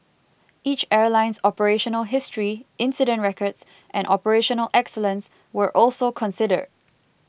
each airline's operational history incident records and operational excellence were also considered